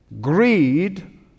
greed